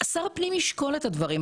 שר הפנים ישקול את הדברים.